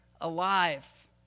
alive